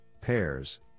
pairs